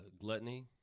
gluttony